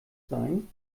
sein